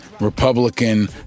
Republican